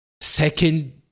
second